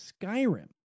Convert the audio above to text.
Skyrim